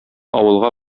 авылга